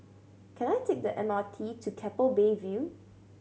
can I take the M R T to Keppel Bay View